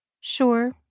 Sure